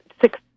six